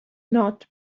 not